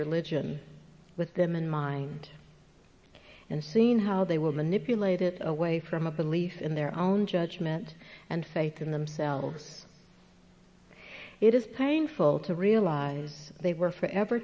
religion with them in mind and seen how they were manipulated away from a belief in their own judgment and faith in themselves it is painful to realize they were forever